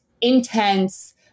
intense